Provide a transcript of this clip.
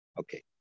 okay